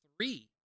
three